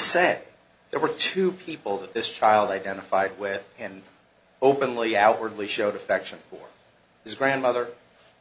say there were two people that this child identified with and openly outwardly showed affection for his grandmother